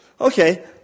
Okay